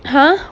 !huh!